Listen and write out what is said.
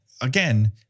again